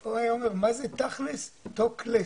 הוא היה אומר מה זה תכל'ס Talk less.